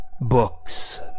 books